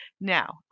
Now